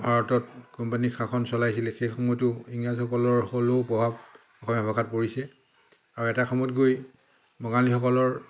ভাৰতত কোম্পানী শাসন চলাইছিলে সেই সময়তো ইংৰাজসকলৰ সকলো প্ৰভাৱ অসমীয়া ভাষাত পৰিছে আৰু এটা সময়ত গৈ বঙালীসকলৰ